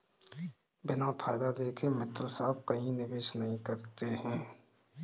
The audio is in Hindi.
बिना फायदा देखे मित्तल साहब कहीं निवेश नहीं करते हैं